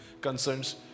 concerns